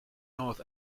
north